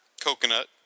Coconut